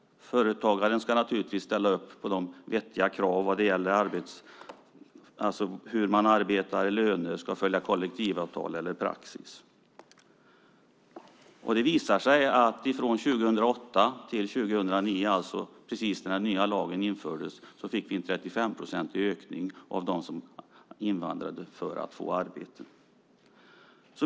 Företagaren ska naturligtvis ställa upp på vettiga krav när det gäller hur man arbetar och hur löner ska följa kollektivavtal eller praxis. Från 2008 till 2009, alltså precis då den nya lagen infördes, fick vi en 35-procentig ökning av dem som invandrade för att få arbete.